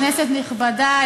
כנסת נכבדה,